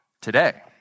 today